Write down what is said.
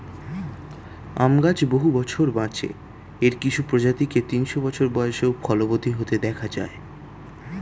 আম গাছ বহু বছর বাঁচে, এর কিছু প্রজাতিকে তিনশো বছর বয়সেও ফলবতী হতে দেখা যায়